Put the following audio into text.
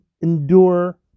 endure